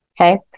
Okay